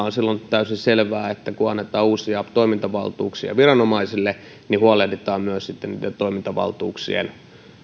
on täysin selvää että samalla kun annetaan uusia toimintavaltuuksia viranomaisille niin silloin huolehditaan myös sitten niiden toimintavaltuuksien